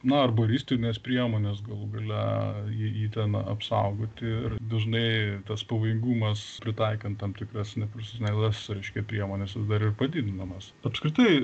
na arboristinės priemonės galų gale jį jį ten apsaugoti ir dažnai tas pavojingumas pritaikant tam tikras neprofesionalias reiškia priemones dar ir padidinamas apskritai